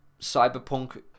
Cyberpunk